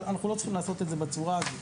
אבל אנחנו לא צריכים לעשות את זה בצורה הזאת.